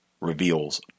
reveals